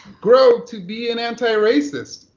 grow to be an antiracist.